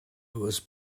was